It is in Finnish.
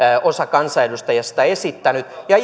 osa kansanedustajista on esittänyt ja